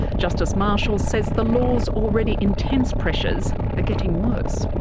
justice marshall says the law's already intense pressures are getting worse.